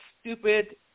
stupid